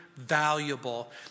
Valuable